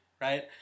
right